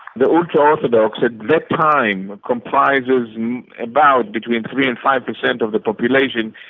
the ultra-orthodox at that time comprises about between three and five per cent of the population,